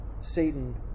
Satan